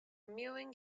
mewing